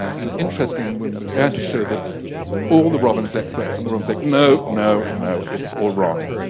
and interesting and we're but band to show this all the robbins experts on the room say no no no it's all wrong